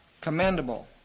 commendable